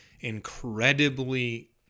incredibly